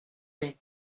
mai